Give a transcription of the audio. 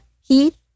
Heath